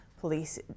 Police